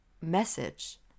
message